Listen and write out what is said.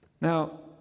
Now